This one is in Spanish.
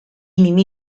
mimi